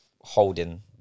holding